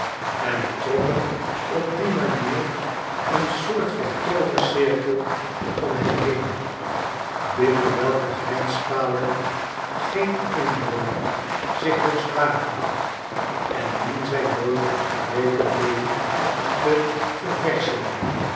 en trokken op die manier een soon van toover cirkel om hen heen binnen welke grenspalen geen indringer zich dorst wagen en dien zij nooit in gebreke bleven te ververschen